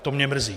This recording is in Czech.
To mě mrzí.